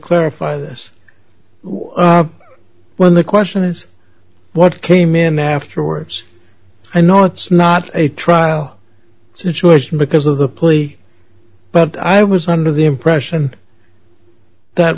clarify this when the question is what came in afterwards i know it's not a trial situation because of the plea but i was under the impression that